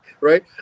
Right